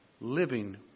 living